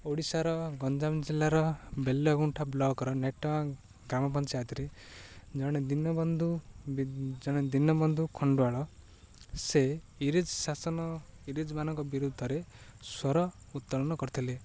ଓଡ଼ିଶାର ଗଞ୍ଜାମ ଜିଲ୍ଲାର ବେଲଗୁଣ୍ଠା ବ୍ଲକର ନେଟେଙ୍ଗା ଗ୍ରାମ ପଞ୍ଚାୟତରେ ଜଣେ ଦୀନବନ୍ଧୁ ଜଣେ ଦୀନବନ୍ଧୁ ଖଣ୍ଡୁଆଳ ସେ ଇଂରେଜ ଶାସନ ଇଂରେଜମାନଙ୍କ ବିରୁଦ୍ଧରେ ସ୍ୱର ଉତ୍ତୋଳନ କରିଥିଲେ